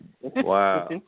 Wow